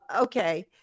okay